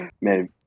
man